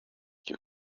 you